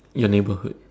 your neighborhood